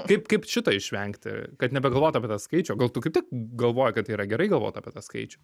kaip kaip šito išvengti kad nebegalvot apie tą skaičių o gal tu kaip tik galvoji kad tai yra gerai galvot apie tą skaičių